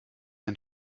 ein